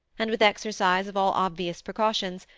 and, with exercise of all obvious precautions,